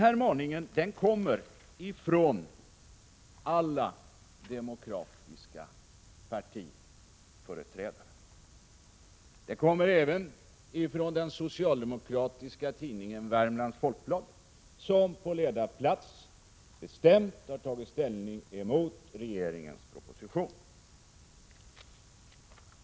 Denna maning kommer från alla demokratiska partiers företrädare. Den kommer även från den socialdemokratiska tidningen Värmlands Folkblad, som på ledarplats bestämt har tagit ställning mot regeringens proposition.